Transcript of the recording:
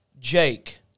Jake